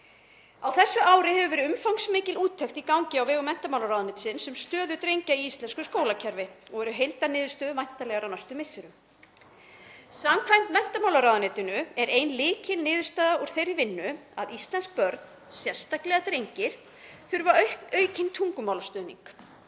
Á þessu ári hefur verið umfangsmikil úttekt í gangi á vegum menntamálaráðuneytisins um stöðu drengja í íslensku skólakerfi og eru heildarniðurstöður væntanlegar á næstu misserum. Samkvæmt menntamálaráðuneytinu er ein lykilniðurstaða úr þeirri vinnu að íslensk börn, sérstaklega drengir, þurfi aukinn tungumálastuðning,